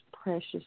precious